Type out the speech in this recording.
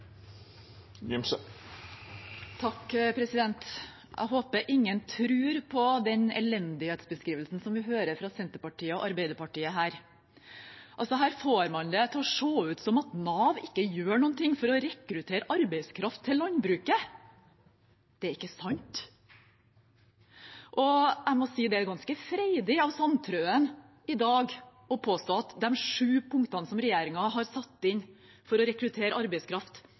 Jeg håper ingen tror på den elendighetsbeskrivelsen som vi hører fra Senterpartiet og Arbeiderpartiet. Her får man det til å se ut som at Nav ikke gjør noe for å rekruttere arbeidskraft til landbruket. Det er ikke sant! Jeg må si det er ganske freidig av Sandtrøen i dag å påstå at de sju punktene som regjeringen har satt inn for å rekruttere arbeidskraft,